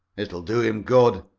it'll do him good,